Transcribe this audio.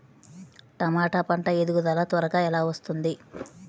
టమాట పంట ఎదుగుదల త్వరగా ఎలా వస్తుంది?